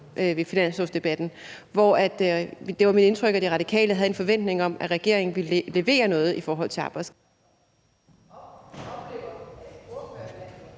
ved finanslovsdebatten, hvor det var mit indtryk, at Radikale havde en forventning om, at regeringen ville levere noget i forhold til arbejdskraft.